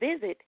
visit